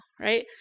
right